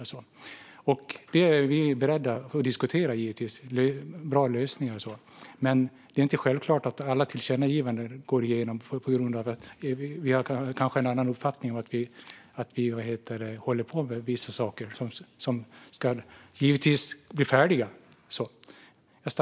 Vi är givetvis beredda att diskutera bra lösningar, men det är inte självklart att alla tillkännagivanden går igenom. Vi har kanske en annan uppfattning. Vi håller också på med vissa saker som givetvis ska bli färdiga.